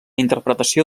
interpretació